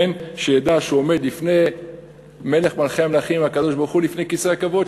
שידע שהוא עומד לפני מלך מלכי המלכים הקדוש-ברוך-הוא לפני כיסא הכבוד,